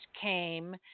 came